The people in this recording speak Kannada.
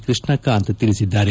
ಕೃಷ್ಣಕಾಂತ ತಿಳಿಸಿದ್ದಾರೆ